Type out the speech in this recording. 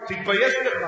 תתבייש לך.